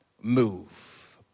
move